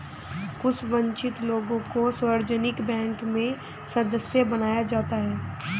कुछ वन्चित लोगों को सार्वजनिक बैंक में सदस्य बनाया जाता है